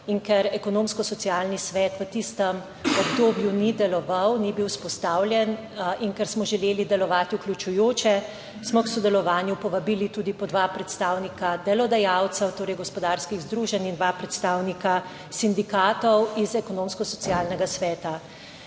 In ker Ekonomsko-socialni svet v tistem obdobju ni deloval, ni bil vzpostavljen in ker smo želeli delovati vključujoče, smo k sodelovanju povabili tudi po dva predstavnika delodajalcev, torej gospodarskih združenj in dva predstavnika sindikatov iz Ekonomsko-socialnega sveta.